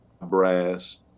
brass